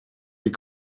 die